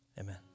Amen